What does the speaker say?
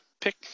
pick